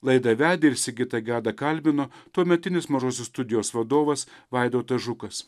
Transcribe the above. laidą vedė ir sigitą gedą kalbino tuometinis mažosios studijos vadovas vaidotas žukas